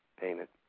payment